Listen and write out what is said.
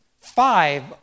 Five